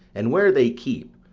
and where they keep,